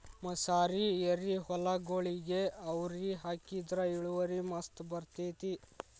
ಮಸಾರಿ ಎರಿಹೊಲಗೊಳಿಗೆ ಅವ್ರಿ ಹಾಕಿದ್ರ ಇಳುವರಿ ಮಸ್ತ್ ಬರ್ತೈತಿ